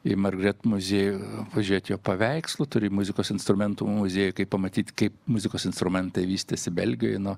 į margaret muziejų pažiūrėt jo paveikslų turi muzikos instrumentų muziejų kaip pamatyti kaip muzikos instrumentai vystėsi belgijoje nuo